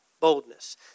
boldness